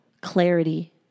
clarity